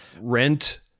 rent